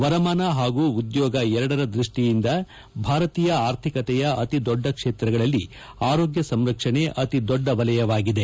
ವರಮಾನ ಪಾಗೂ ಉದ್ದೋಗ ಎರಡರ ದೃಷ್ಟಿಯಿಂದ ಭಾರತೀಯ ಆರ್ಥಿಕತೆಯ ಅತಿದೊಡ್ಡ ಕ್ಷೇತ್ರಗಳಲ್ಲಿ ಆರೋಗ್ತ ಸಂರಕ್ಷಣೆ ಅತಿ ದೊಡ್ಡ ವಲಯವಾಗಿದೆ